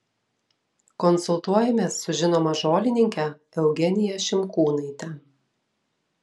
konsultuojamės su žinoma žolininke eugenija šimkūnaite